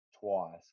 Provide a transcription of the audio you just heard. twice